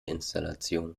installation